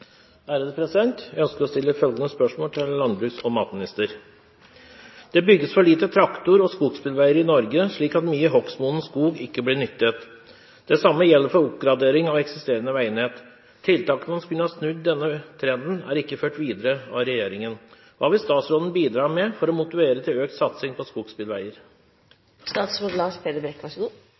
over tid. Jeg ønsker å stille følgende spørsmål til landbruks- og matministeren: «Det bygges for lite traktor- og skogsbilveier i Norge, slik at mye hogstmoden skog ikke blir nyttet. Det samme gjelder for oppgradering av eksisterende veinett. Tiltakene som kunne snudd denne trenden, er ikke ført videre av regjeringen. Hva vil statsråden bidra med for å motivere til økt satsing på skogsbilveier?»